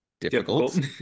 difficult